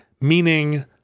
meaning